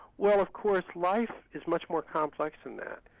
well of course, life is much more complex than that.